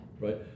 right